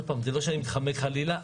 זה לא שאני מתחמק חלילה,